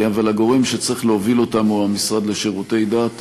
אבל הגורם שצריך להוביל אותם הוא המשרד לשירותי דת,